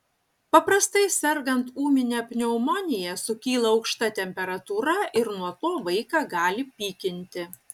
paprastai sergant ūmine pneumonija sukyla aukšta temperatūra ir nuo to vaiką gali pykinti